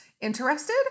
Interested